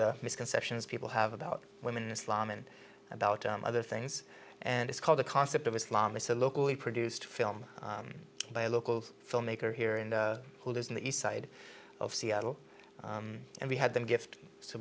the misconceptions people have about women in islam and about other things and it's called the concept of islam it's a locally produced film by a local filmmaker here and who lives in the east side of seattle and we had them gift so